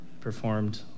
performed